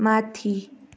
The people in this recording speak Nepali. माथि